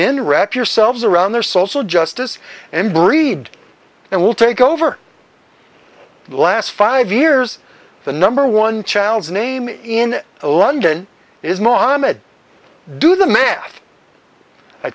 rep yourselves around their social justice and breed and we'll take over the last five years the number one child's name in london is not do the math i